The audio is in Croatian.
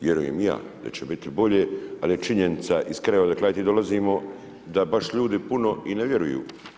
Vjerujem i ja da će biti bolje ali je činjenica iz kraja odakle ja i vi dolazimo, da baš ljudi puno i ne vjeruju.